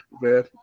man